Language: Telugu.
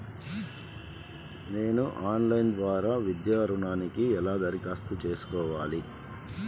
నేను ఆన్లైన్ ద్వారా విద్యా ఋణంకి ఎలా దరఖాస్తు చేసుకోవాలి?